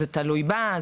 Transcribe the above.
זה תלוי בה,